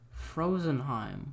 Frozenheim